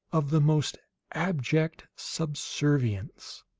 of the most abject subservience.